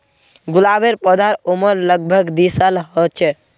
गुलाबेर पौधार उम्र लग भग दी साल ह छे